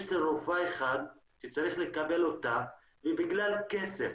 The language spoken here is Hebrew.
יש תרופה אחת שצריך לקבל אותה ובגלל כסף,